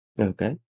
Okay